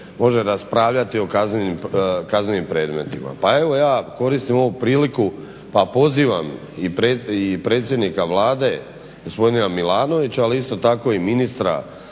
može raspravljati o kaznenim predmetima. Pa evo ja koristim ovu priliku pa pozivam i predsjednika Vlade gospodina Milanovića, ali isto tako i ministra